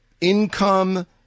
income